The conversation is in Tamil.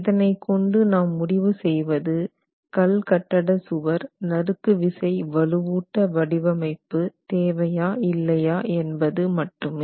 இதனை கொண்டு நாம் முடிவு செய்வது கல்கட்டட சுவர் நறுக்கு விசை வலுவூட்ட வடிவமைப்பு தேவையா இல்லையா என்பது மட்டுமே